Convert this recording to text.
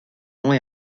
longs